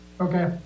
okay